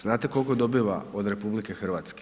Znate koliko dobiva od RH?